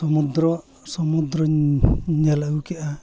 ᱥᱚᱢᱩᱫᱨᱚ ᱥᱚᱢᱩᱫᱨᱚᱧ ᱧᱮᱞ ᱟᱹᱜᱩ ᱠᱮᱫᱼᱟ